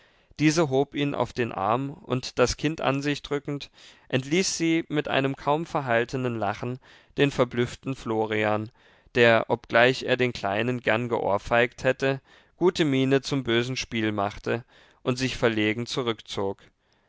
diese hob ihn auf den arm und das kind an sich drückend entließ sie mit einem kaum verhaltenen lachen den verblüfften florian der obgleich er den kleinen gern geohrfeigt hätte gute miene zum bösen spiel machte und sich verlegen zurückzog